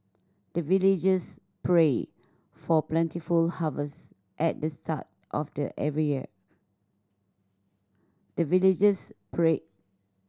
the villagers pray for plentiful harvest at the start of the every year the villagers pray